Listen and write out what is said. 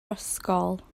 ysgol